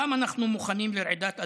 כמה אנחנו מוכנים לרעידת אדמה?